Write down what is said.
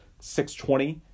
6-20